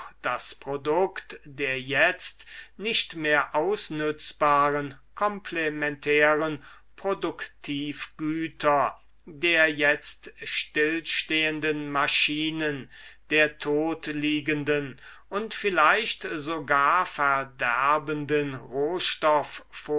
das produkt der jetzt nicht mehr ausnützbaren komplementären produktivgüter der jetzt stillstehenden maschinen der totliegenden und vielleicht sogar verderbenden